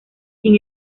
sin